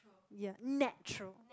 ya natural